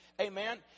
Amen